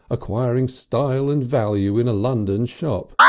acquiring style and value in a london shop,